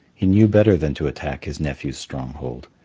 he knew better than to attack his nephew's stronghold.